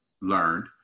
learned